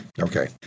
Okay